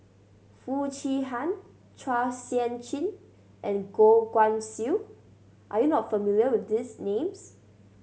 Foo Chee Han Chua Sian Chin and Goh Guan Siew are you not familiar with these names